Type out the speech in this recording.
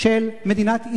של מדינת ישראל,